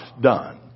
done